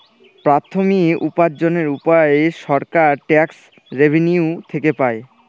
প্রাথমিক উপার্জনের উপায় সরকার ট্যাক্স রেভেনিউ থেকে পাই